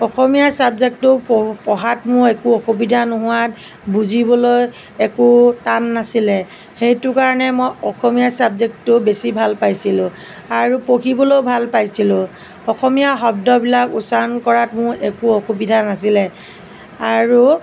অসমীয়া চাবজেক্টটো প পঢ়াত মোৰ একো অসুবিধা নোহোৱাত বুজিবলৈ একো টান নাছিলে সেইটো কাৰণে মই অসমীয়া চাবজেক্টটো বেছি ভাল পাইছিলোঁ আৰু পঢ়িবলৈও ভাল পাইছিলোঁ অসমীয়া শব্দবিলাক উচ্চাৰণ কৰাত মোৰ একো অসুবিধা নাছিলে আৰু